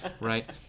right